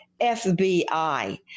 FBI